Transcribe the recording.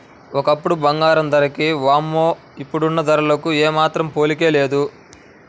ఒకప్పుడు బంగారం ధరకి వామ్మో ఇప్పుడున్న ధరలకు ఏమాత్రం పోలికే లేదు